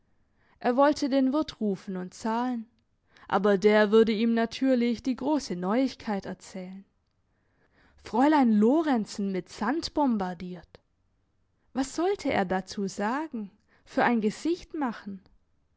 er wollte den wirt rufen und zahlen aber der würde ihm natürlich die grosse neuigkeit erzählen fräulein lorenzen mit sand bombardiert was sollte er dazu sagen für ein gesicht machen